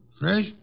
Fresh